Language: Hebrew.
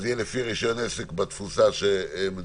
זה יהיה לפי רישיון עסק בתפוסה שמדובר,